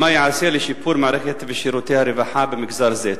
מה ייעשה לשיפור מערכת שירותי הרווחה במגזר זה?